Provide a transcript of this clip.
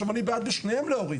אני בעד להוריד לשניהם,